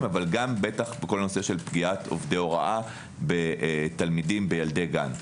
וגם בטח בנושא פגיעת עובדי הוראה בתלמידים וילדי גן.